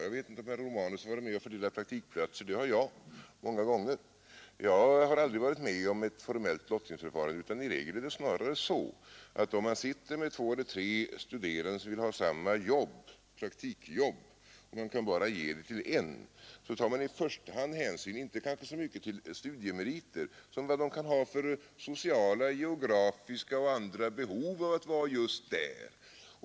Jag vet inte om herr Romanus har varit med om att fördela praktikplatser, men det har jag gjort många gånger. Jag har aldrig varit med om ett formellt lottningsförfarande. I regel är det snarare så att om man sitter med två eller tre studerande som å mycket vill ha samma praktikjobb tar man i första hand hänsyn inte till studiemeriter som till vad de kan ha för sociala, geografiska eller andra behov av att vara just där.